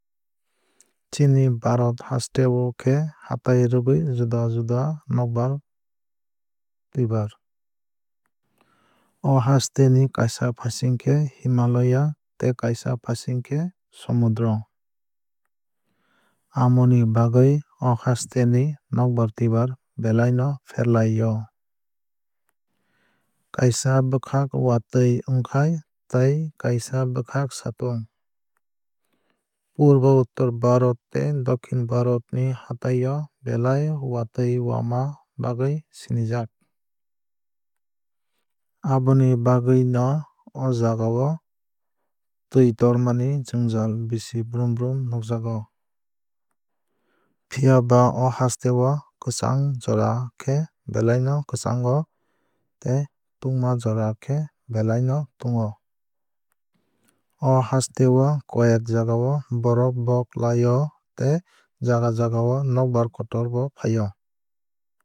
Chini bharat haste o khe hatai rwgwui juda juda nokbar twuibar. O haste ni kaisa fasing khe himalaya tei kaisa fasing khe somudro. Amoni bagwui o haste ni nokbar twuibar belai no ferlai o. Kaisa bwkhak watwui ongkhai tei kaisa bwkhak satung. Purba uttor bharat tei dokhin bharat ni hatai o belai watwui wama bagwui sinijak. Aboni bagwui no o jaga o twui tormani jwngjal bisi brum brum nukjago. Phiaba o haste o kwchang jora khe belai no kwchango tei tungna jora o khe belai no tungo. O haste o koi ek jagao borof bo klai o tei jaga jagao nokbar kotor bo fai o.